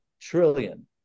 trillion